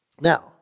Now